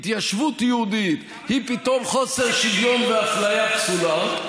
התיישבות יהודית היא פתאום חוסר שוויון ואפליה פסולה,